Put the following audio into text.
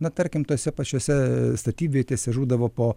na tarkim tose pačiose statybvietėse žūdavo po